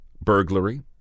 burglary